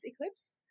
Eclipse